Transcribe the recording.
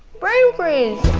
brain freeze!